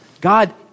God